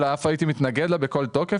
אלא אף הייתי מתנגד לה בכל תוקף.